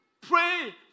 Pray